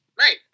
Right